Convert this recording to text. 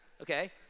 Okay